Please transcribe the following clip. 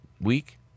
week